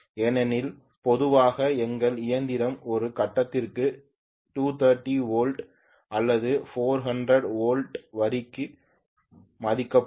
ஏனெனில் பொதுவாக எங்கள் இயந்திரம் ஒரு கட்டத்திற்கு 230 வோல்ட் அல்லது 400 வோல்ட் வரிக்கு மதிப்பிடப்படும்